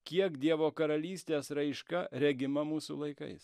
kiek dievo karalystės raiška regima mūsų laikais